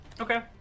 Okay